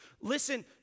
Listen